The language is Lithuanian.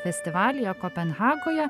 festivalyje kopenhagoje